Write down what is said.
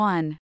One